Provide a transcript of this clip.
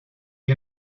you